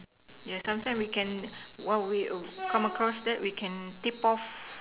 yeah sometimes we can what we come across that we can tip off